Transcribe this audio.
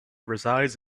resides